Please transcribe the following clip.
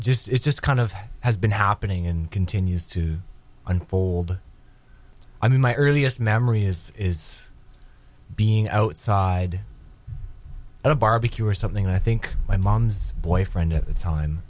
just it's just kind of has been happening and continues to unfold i mean my earliest memory is is being outside a barbecue or something i think my mom's boyfriend at the time